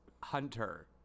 Hunter